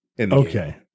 Okay